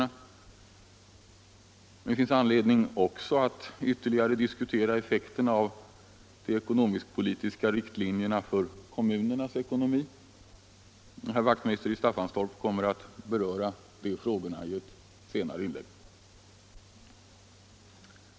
Det finns också anledning att ytterligare diskutera effekterna av de ekonomisk-politiska riktlinjerna för kommunernas ekonomi. Herr Wachtmeister i Staffanstorp kommer att beröra de frågorna i ett senare inlägg.